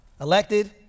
elected